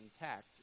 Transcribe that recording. intact